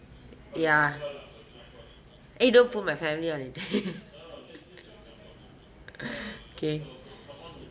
ya eh don't put my family on it kay